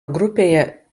grupėje